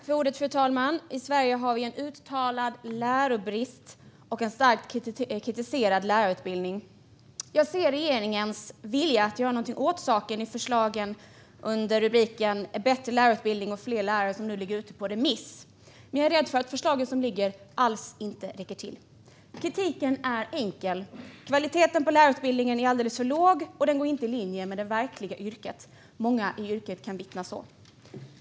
Fru talman! I Sverige har vi en uttalad lärarbrist och en starkt kritiserad lärarutbildning. Jag ser regeringens vilja att göra något åt saken i de förslag om bättre lärarutbildning och fler lärare som nu är ute på remiss. Men jag är rädd för att det förslag som ligger inte alls räcker till. Kritiken är enkel: Kvaliteten på lärarutbildningen är alldeles för låg, och utbildningen ligger inte i linje med det verkliga yrket. Många i yrket kan vittna om detta.